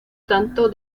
tanto